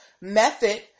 method